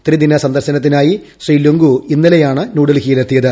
ത്രിദിന സന്ദർശനത്തിനായി ശ്രീ ലുൻഗു ഇന്നലെയാണ് ന്യൂഡൽഹിയിൽ എത്തിയത്